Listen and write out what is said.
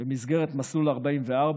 במסגרת מסלול 44,